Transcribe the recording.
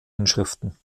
inschriften